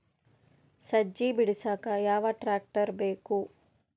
ಸಜ್ಜಿ ಬಿಡಸಕ ಯಾವ್ ಟ್ರ್ಯಾಕ್ಟರ್ ಬೇಕು?